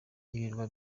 ibirwa